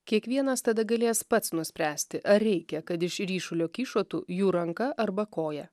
kiekvienas tada galės pats nuspręsti ar reikia kad iš ryšulio kyšotų jų ranka arba koja